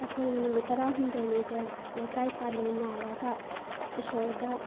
ꯑꯩꯈꯣꯏ ꯅꯨꯃꯤꯠ ꯇꯔꯥꯍꯨꯝꯗꯣꯏꯅꯤꯁꯦ ꯂꯩꯀꯥꯏ ꯄꯥꯜꯂꯤ ꯅꯥꯏꯔꯒ ꯏꯁꯣꯔꯗ